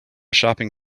shopping